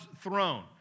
throne